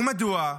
ומדוע?